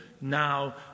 now